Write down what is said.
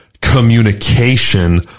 communication